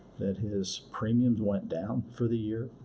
that his premiums went down for the year,